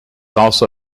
also